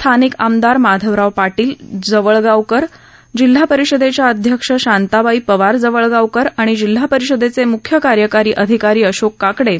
स्थानिक आमदार माधवराव पाटील जवळगावकर जिल्हा परिषदेच्या अध्यक्ष शांताबाई पवार जवळगावकर आणि जिल्हा परिषदेचे म्ख्य कार्यकारी अधिकारी अशोक काकडे